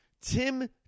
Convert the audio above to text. Tim